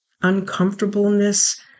uncomfortableness